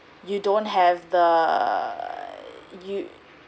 you don't have the you